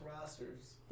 rosters